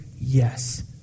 Yes